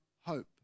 hope